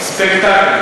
ספקטקל,